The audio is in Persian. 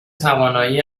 توانایی